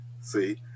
see